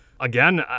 Again